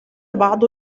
بعض